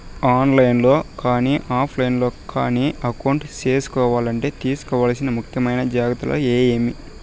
On line లో కానీ offline లో కానీ అకౌంట్ సేసుకోవాలంటే తీసుకోవాల్సిన ముఖ్యమైన జాగ్రత్తలు ఏమేమి?